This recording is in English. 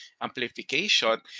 amplification